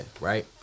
right